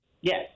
Yes